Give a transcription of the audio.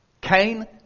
Cain